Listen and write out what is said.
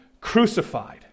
crucified